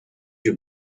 you